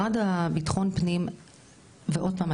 ועוד פעם,